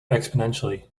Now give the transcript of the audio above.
exponentially